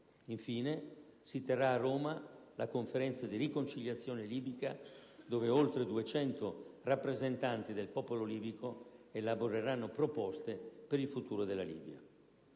Infine, si terrà a Roma la Conferenza di riconciliazione libica, dove oltre 200 rappresentanti del popolo libico elaboreranno proposte per il futuro della Libia.